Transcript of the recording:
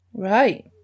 Right